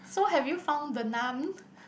so have you found the Nun